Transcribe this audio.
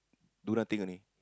do nothing only